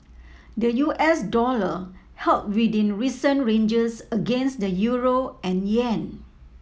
the U S dollar held within recent ranges against the euro and yen